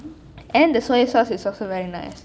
and the soya sauce is also very nice